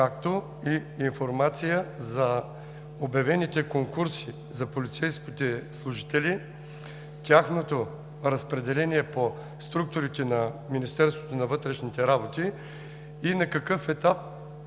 както и информация за обявените конкурси за полицейските служители, тяхното разпределение по структурите на Министерството на вътрешните работи и на какъв етап